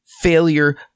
failure